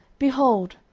behold,